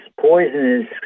poisonous